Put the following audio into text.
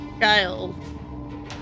Kyle